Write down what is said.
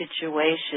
situation